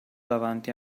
davanti